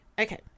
okay